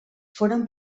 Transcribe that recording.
foren